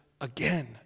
again